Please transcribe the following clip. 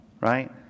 right